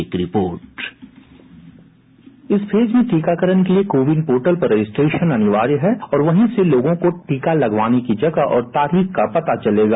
एक report sound bite इस phase में टीकाकरण के लिए कोविन पोर्टल पर रजिस्ट्रेशन अनिवार्य है और वहीं से लोगों को टीका लगवाने की जगह और तारीख का पता चलेगा